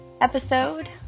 episode